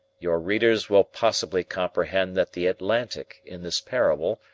your readers will possibly comprehend that the atlantic, in this parable,